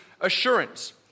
assurance